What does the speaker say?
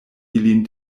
ilin